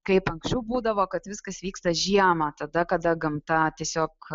kaip anksčiau būdavo kad viskas vyksta žiemą tada kada gamta tiesiog